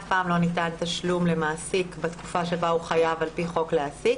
אף פעם לא ניתן תשלום למעסיק בתקופה שבה הוא חייב על פי חוק להעסיק,